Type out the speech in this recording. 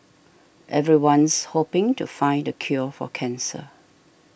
everyone's hoping to find the cure for cancer